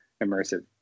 immersive